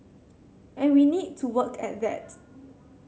and we need to work at that